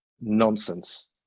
nonsense